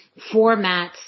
formats